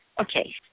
Okay